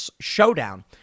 showdown